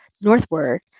northward